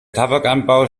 tabakanbau